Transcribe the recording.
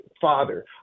father